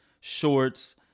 shorts